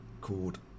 called